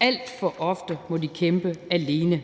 Alt for ofte må de kæmpe alene.